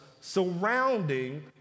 surrounding